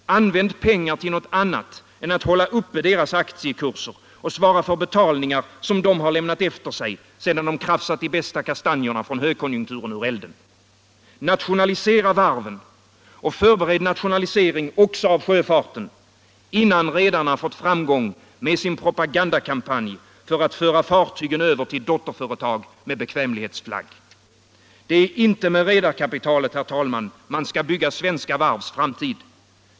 Använd pengar till något annat än att hålla uppe deras aktiekurser och att svara för betalningar som de lämnat efter sig sedan de kratsat de bästa kastanjerna från högkonjunkturen ur elden. Nationalisera varven! Och förbered nationalisering också av sjöfarten — innan redarna fått framgång med sin propagandakampanj för att föra fartygen över till dotterföretag och bekvämlighetsflagg. Det är inte med redarkapitalet, herr talman, man skall bygga svenska varvs framtid.